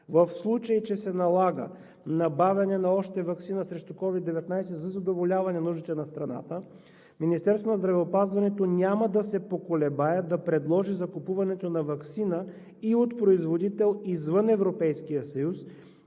В случай че се налага набавяне на още ваксина срещу COVID-19 за задоволяване на нуждите на страната, Министерството на здравеопазването няма да се поколебае да предложи закупуването на ваксина и от производител извън Европейския съюз,